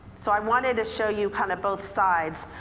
so i wanted to show you kind of both sides.